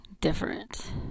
different